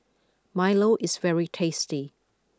Milo is very tasty